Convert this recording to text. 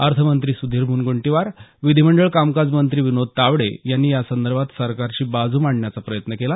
अर्थमंत्री सुधीर मुनगंटीवार विधीमंडळ कामकाज मंत्री विनोद तावडे यांनी यासंदर्भात सरकारची बाजू मांडण्याचा प्रयत्न केला